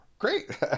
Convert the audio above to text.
Great